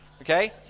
Okay